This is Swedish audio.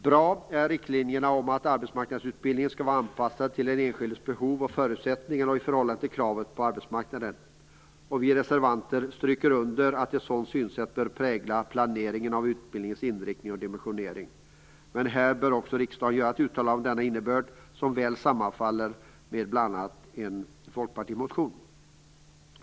Bra är riktlinjerna att arbetsmarknadsutbildningen skall vara anpassad till den enskildes behov och förutsättningar och i enlighet med kraven på arbetsmarknaden. Vi reservanter stryker under att ett sådant synsätt bör prägla planeringen av utbildningens inriktning och dimensionering. Men här bör riksdagen också göra ett uttalande med en innebörd som väl sammanfaller med bl.a. en folkpartimotion.